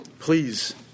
Please